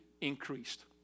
increased